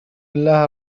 الله